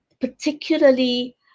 particularly